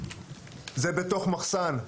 זה בתוך מחסן.